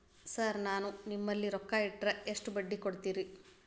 Sir ನಾನು ನಿಮ್ಮಲ್ಲಿ ರೊಕ್ಕ ಇಟ್ಟರ ಎಷ್ಟು ಬಡ್ಡಿ ಕೊಡುತೇರಾ?